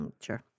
Sure